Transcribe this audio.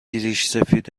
ریشسفید